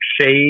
shade